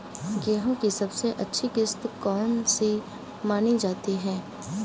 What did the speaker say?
गेहूँ की सबसे अच्छी किश्त कौन सी मानी जाती है?